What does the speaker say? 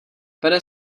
vede